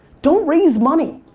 don't raise money.